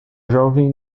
jovem